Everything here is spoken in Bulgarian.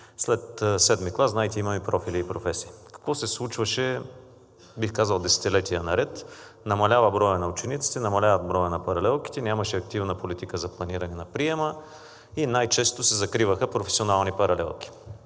След седми клас, знаете, имаме профили и професии. Какво се случваше, бих казал, десетилетия наред? Намалява броят на учениците, намалява броят на паралелките, нямаше активна политика за планиране на приема и най-често се закриваха професионални паралелки.